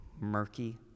murky